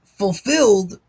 fulfilled